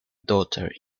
daughter